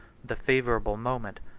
the favorable moment,